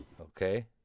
Okay